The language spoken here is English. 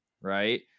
right